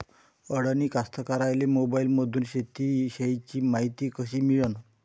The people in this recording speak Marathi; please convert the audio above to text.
अडानी कास्तकाराइले मोबाईलमंदून शेती इषयीची मायती कशी मिळन?